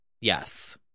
yes